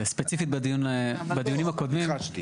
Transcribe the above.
ספציפית בדיונים הקודמים --- ניחשתי.